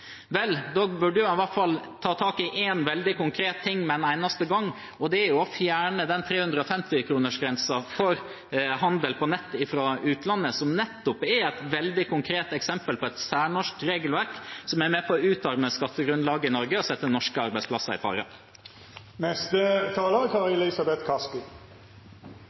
burde en i hvert fall ta tak i én veldig konkret ting med en eneste gang, og det er å fjerne 350-kronersgrensen for handel på nett fra utlandet. Den er et veldig konkret eksempel på et særnorsk regelverk som er med på å utarme skattegrunnlaget i Norge og sette norske arbeidsplasser i